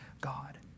God